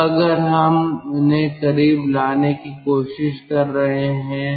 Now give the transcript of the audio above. अब अगर हम उन्हें करीब लाने की कोशिश कर रहे हैं